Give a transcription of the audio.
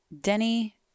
Denny